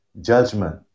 Judgment